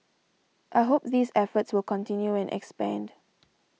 I hope these efforts will continue and expand